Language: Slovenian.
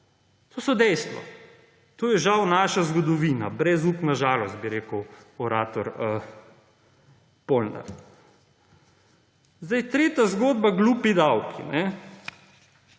To so dejstva, to je žal naša zgodovina, brezupna žalost, bi rekel orator Polnar. Tretja zgodba, glupi davki.